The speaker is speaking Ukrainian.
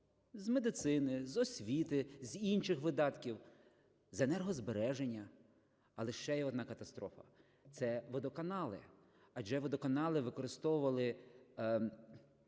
з медицини, з освіти, з інших видатків, з енергозбереження. Але ще є одна катастрофа – це водоканали. Адже водоканали використовували